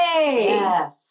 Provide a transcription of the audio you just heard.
Yes